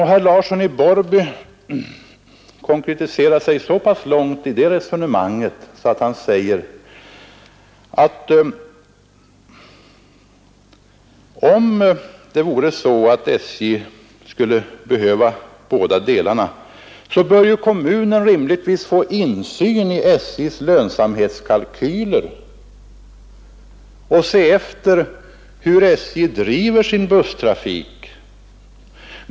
Herr Larsson i Borrby konkretiserar detta resonemang så pass långt att han säger att kommunen, om nu SJ skulle behöva båda trafikkategorierna, rimligtvis bör få insyn i SJ:s lönsamhetskalkyler för att kunna se hur SJ driver sin busstrafik.